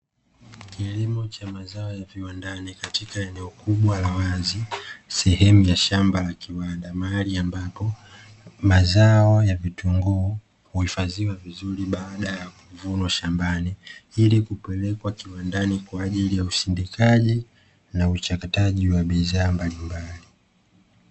Kilimo cha mazao ya viwandani katika eneo kubwa la wazi sehemu ya shamba la kiwanda, mahali ambapo mazao ya vitunguu kuhifadhiwa vizuri baada ya kuvunwa shambani iii kupelekwa kiwandani kwa ajili ya usindikaji na uchakataji wa bidhaa mbalimbali.